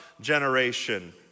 generation